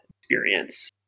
experience